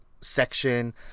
section